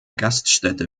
gaststätte